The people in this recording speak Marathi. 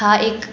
हा एक